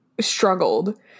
Struggled